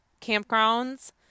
Campgrounds